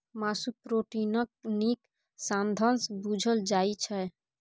मासु प्रोटीनक नीक साधंश बुझल जाइ छै